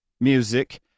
music